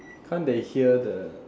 can't they hear the